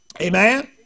Amen